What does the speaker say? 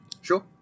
Sure